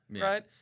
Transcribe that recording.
right